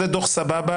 זה דוח סבבה.